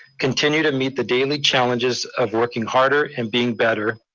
continue to meet the daily challenges of working harder and being better,